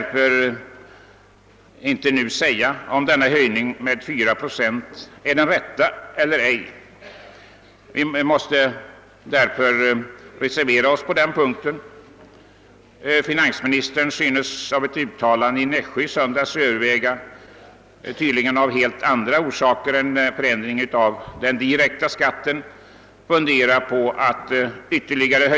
Vi kan inte nu säga, om en höjning med 4 procent är den riktiga eller inte, och vi måste därför reservera oss på den punkten. Av ett uttalande i Nässjö i söndags vill det också synas som om finansministern överväger att av helt andra orsaker än ändringen av den direkta skatten höja mervärdeskatten ytterligare.